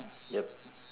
yup